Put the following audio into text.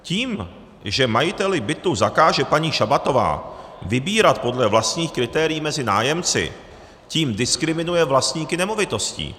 Tím, že majiteli bytu zakáže paní Šabatová vybírat podle vlastních kritérií mezi nájemci, tím diskriminuje vlastníky nemovitostí.